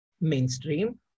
mainstream